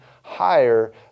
higher